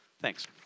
Thanks